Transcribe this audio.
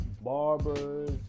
barbers